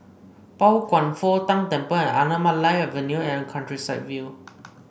Pao Kwan Foh Tang Temple Anamalai Avenue and Countryside View